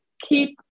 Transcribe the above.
keep